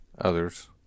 others